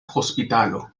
hospitalo